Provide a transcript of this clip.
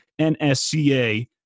NSCA